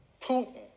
Putin